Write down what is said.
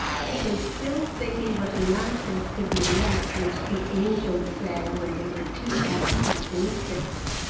he was still thinking what the nonsense could be like which the angels sang when they were too happy to sing sense.